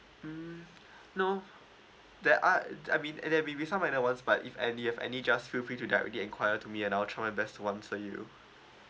mm no that are I mean and there will be some when I was but if any have any just feel free to directly inquire to me and I'll try my best to answer you